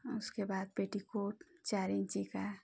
और उसके बाद पेटीकोट चार इंची का